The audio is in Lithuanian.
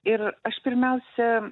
ir aš pirmiausia